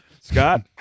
Scott